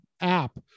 app